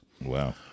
Wow